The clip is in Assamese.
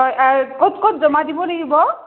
হয় ক'ত ক'ত জমা দিব লাগিব